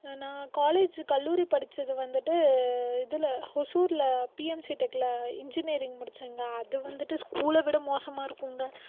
நான் காலேஜ் கல்லூரி படித்தது வந்துட்டு இதில் ஹொசூரில் பிஎம்சி டெக்கில் இஞ்ஜினியரிங் முடிச்சேங்க அது வந்துட்டு ஸ்கூலை விட மோசமாக இருக்குங்க